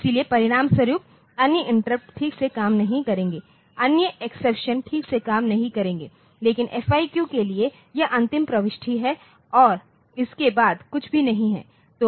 इसलिए परिणामस्वरूप अन्य इंटरप्ट ठीक से काम नहीं करेंगे अन्य एक्सेप्शन ठीक से काम नहीं करेंगे लेकिन FIQ के लिए यह अंतिम प्रविष्टि है और इसके बाद कुछ भी नहीं है